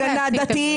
את רוצה את פסק הדין?